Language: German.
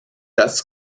das